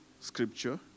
scripture